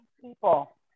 people